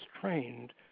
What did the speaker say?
trained